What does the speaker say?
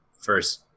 first